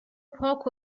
پاک